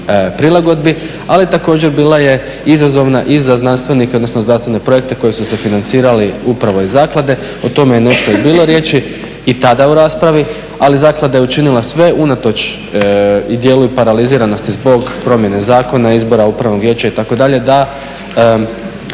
prilagodbi. Ali također bila je izazovna i za znanstvenike, odnosno znanstvene projekte koji su se financirali upravo iz zaklade. O tome je nešto i bilo riječi i tada u raspravi ali zaklada je učinila sve unatoč i dijelu i paraliziranost zbog promjene zakona, izbora upravnog vijeća itd. da